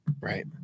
right